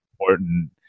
important